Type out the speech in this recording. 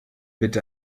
bitte